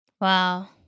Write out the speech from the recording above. Wow